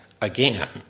again